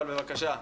בבקשה.